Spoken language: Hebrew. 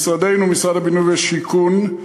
משרדנו, משרד הבינוי והשיכון,